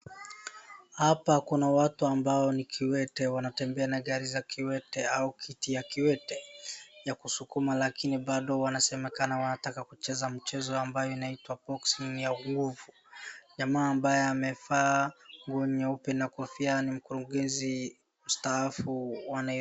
Hapa kuna ambao ni kiwete wanatembea gari za kiwete au kiti ya kiwete kusukuma lakini bado wanasemekana wanataka kucheza mchezo inayoitwa boxing ya nguvu . Jamaa ambaye amevaa nguo nyeupe na kofia nyeupe ni mkurugenzi mstaafu wa Nairobi